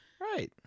Right